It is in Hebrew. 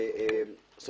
אם